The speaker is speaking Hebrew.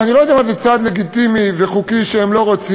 אני לא יודע מה זה צעד לגיטימי וחוקי שהם לא רוצים.